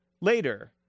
later